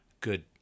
good